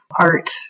art